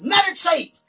Meditate